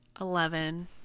Eleven